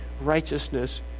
righteousness